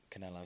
Canelo